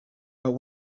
but